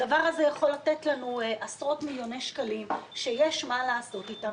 הדבר הזה יכול לתת לנו עשרות מיליוני שקלים שיש מה לעשות איתם,